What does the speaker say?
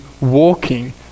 walking